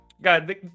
God